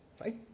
right